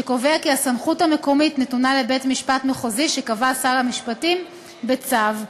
שקובע כי הסמכות המקומית נתונה לבית-משפט מחוזי שקבע שר המשפטים בצו.